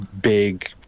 big